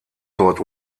dort